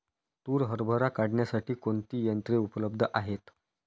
तूर हरभरा काढण्यासाठी कोणती यंत्रे उपलब्ध आहेत?